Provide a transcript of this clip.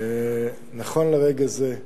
נכון לרגע זה,